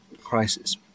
crisis